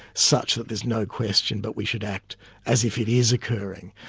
such that there's no question but we should act as if it is occurring',